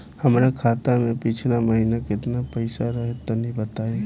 हमरा खाता मे पिछला महीना केतना पईसा रहे तनि बताई?